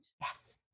Yes